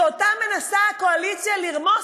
שאותה מנסה הקואליציה לרמוס,